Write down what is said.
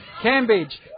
Cambridge